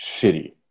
shitty